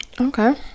Okay